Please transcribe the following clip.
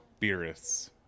Beerus